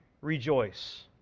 rejoice